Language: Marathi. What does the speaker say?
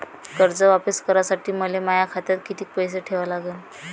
कर्ज वापिस करासाठी मले माया खात्यात कितीक पैसे ठेवा लागन?